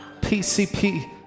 PCP